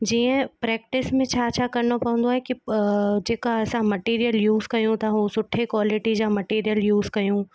जीअं प्रैक्टिस में छा छा करिणो पवंदो आहे की जेका असां मटिरियल यूस कयूं था हो सुठे क्वालिटी जा मटिरियल यूस कयूं